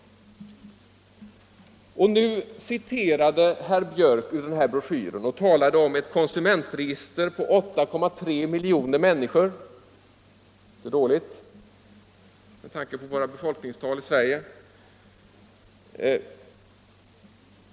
Herr Björck citerade alltså ur denna broschyr och talade om ett konsumentregister på 8,3 miljoner människor — inte dåligt med tanke på våra befolkningstal i Sverige.